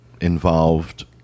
involved